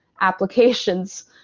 applications